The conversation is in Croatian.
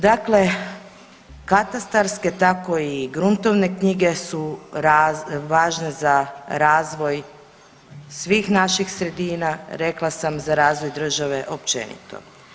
Dakle, katastarske tako i gruntovne knjige su važne za razvoj svih naših sredina rekla sam za razvoj države općenito.